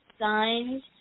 Signs